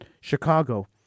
Chicago